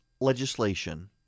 legislation